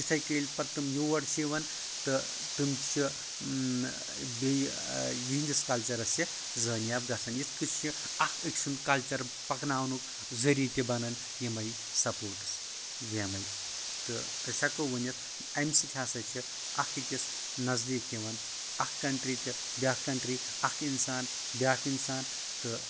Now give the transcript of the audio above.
یِتھٕے کٔنۍ ییٚلہِ پَتہٕ تِم یور چھِ یِوان تہٕ تِم تہِ چھِ بیٚیہِ یہٕندِس کَلچَرس تہِ زٲنیاب گژھان یتھ کٔنۍ چھِ اکھ أکہِ سُند کَلچر پکناونُکھ ذٔریعہٕ تہِ بَنان یِمٕے سَپوٹٕس گَیمے تہٕ أسۍ ہیکو ؤنِتھ امہِ سۭتۍ ہَسا چھِ اکھ أکس نَزدیٖک یِوان اکھ کَنٹری تہٕ بیاکھ کَنٹری اکھ اِنسان بیاکھ اِنسان تہٕ